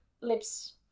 lips